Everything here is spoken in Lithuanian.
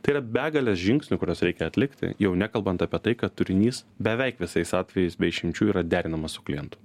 tai yra begalės žingsnių kuriuos reikia atlikti jau nekalbant apie tai kad turinys beveik visais atvejais be išimčių yra derinamas su klientu